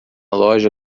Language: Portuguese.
loja